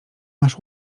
masz